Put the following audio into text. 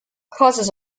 causes